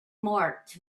marked